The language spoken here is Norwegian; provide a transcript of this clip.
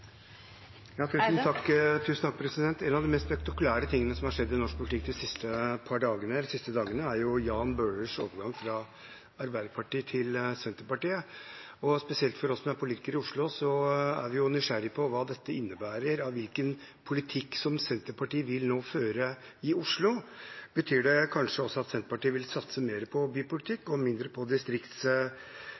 En av de mest spektakulære tingene som har skjedd i norsk politikk de siste dagene, er jo Jan Bøhlers overgang fra Arbeiderpartiet til Senterpartiet. Spesielt vi som er politikere i Oslo, er nysgjerrige på hva dette innebærer, og hvilken politikk Senterpartiet nå vil føre i Oslo. Betyr det kanskje at Senterpartiet vil satse mer på bypolitikk og mindre på